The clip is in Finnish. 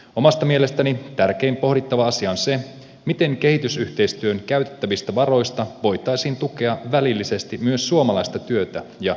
omasta mielestäni tärkein pohdittava asia on se miten kehitysyhteistyöhön käytettävistä varoista voitaisiin tukea välillisesti myös suomalaista työtä ja yrittäjyyttä